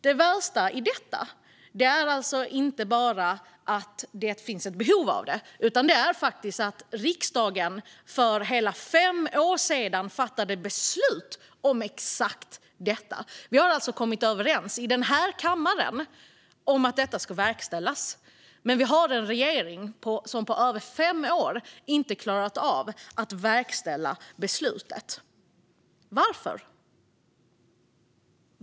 Det värsta i detta är inte att det finns ett behov av att göra detta, utan det är faktiskt att riksdagen för hela fem år sedan fattade beslut om exakt det. Vi har alltså kommit överens i denna kammare om att detta ska verkställas, men vi har en regering som på över fem år inte har klarat av att verkställa beslutet. Varför?